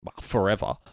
forever